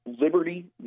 Liberty